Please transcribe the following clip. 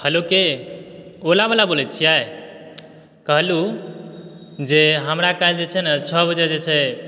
hello के Ola वला बोलै छियै कहलूँ जे हमरा काल्हि जे छै ने छओ बजे जे छै